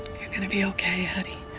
you're gonna be okay, addie,